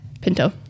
pinto